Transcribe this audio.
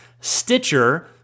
Stitcher